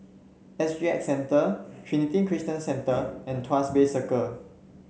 S G X Centre Trinity Christian Centre and Tuas Bay Circle